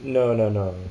no no no